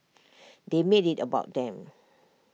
they made IT about them